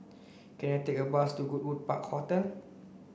can I take a bus to Goodwood Park Hotel